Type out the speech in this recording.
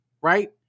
right